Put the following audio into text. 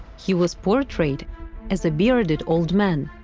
he was portrayed as a bearded old man